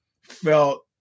felt